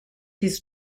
his